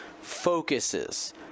focuses